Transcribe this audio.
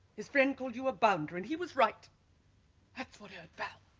his friend called you a bounder and he was right that's what hurt val!